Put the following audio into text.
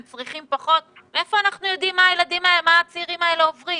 הם צריכים פחות מאיפה אנחנו יודעים מה הצעירים האלה עוברים